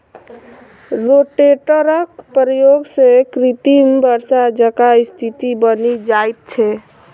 रोटेटरक प्रयोग सॅ कृत्रिम वर्षा जकाँ स्थिति बनि जाइत छै